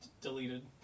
deleted